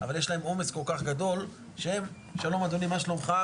אבל יש להם עומס כל כך גדול שהם "שלום אדוני מה שלומך?